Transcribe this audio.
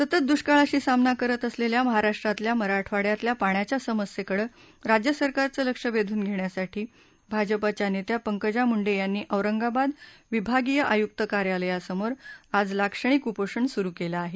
सतत दुष्काळाशी सामना करत असलेल्या महाराष्ट्रातल्या मराठवाड्यातल्या पाण्याच्या समस्येकडे राज्य सरकारचं लक्ष वेधून घेण्यासाठी भाजपाच्या नेत्या पंकजा मुंडे यांनी औरंगाबाद विभागीय आयुक्त कार्यालयासमोर आज लाक्षणिक उपोषण सुरु केलं आहे